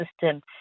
system